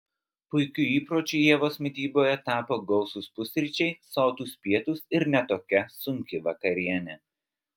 puikiu įpročiu ievos mityboje tapo gausūs pusryčiai sotūs pietūs ir ne tokia sunki vakarienė